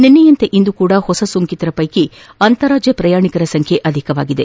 ನಿನ್ನೆಯಂತೆ ಇಂದೂ ಸಹ ಹೊಸ ಸೋಂಕಿತರ ಪ್ಲೆಕಿ ಅಂತಾರಾಜ್ಯ ಪ್ರಯಾಣಿಕರ ಸಂಖ್ಯೆ ಅಧಿಕವಾಗಿದೆ